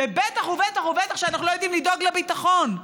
ובטח ובטח ובטח שאנחנו לא יודעים לדאוג לביטחון.